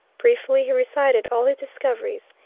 briefly he recited all his discoveries.